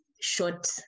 short